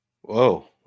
Whoa